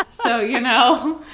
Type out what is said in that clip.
so you know?